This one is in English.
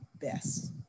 best